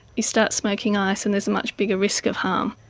you start smoking ice and there's a much bigger risk of harm.